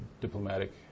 diplomatic